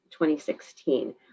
2016